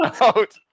out